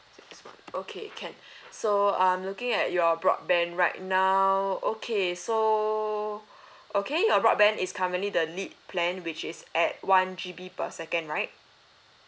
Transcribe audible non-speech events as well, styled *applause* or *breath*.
six one okay can *breath* so I'm looking at your broadband right now *breath* okay so okay your broadband is currently the lead plan which is at one G_B per second right